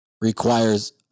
requires